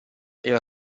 era